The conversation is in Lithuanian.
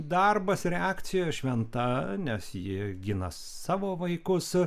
darbas reakcija šventa nes ji gina savo vaikus